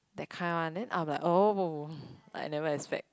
that kind one then I'm like oh like never expect